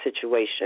situation